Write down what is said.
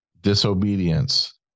disobedience